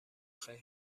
خیر